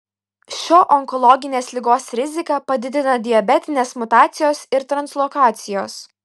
šio onkologinės ligos riziką padidina diabetinės mutacijos ir translokacijos